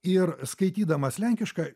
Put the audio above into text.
ir skaitydamas lenkišką